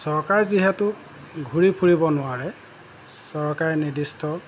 চৰকাৰ যিহেতু ঘূৰি ফুৰিব নোৱাৰে চৰকাৰে নিৰ্দিষ্ট